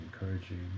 encouraging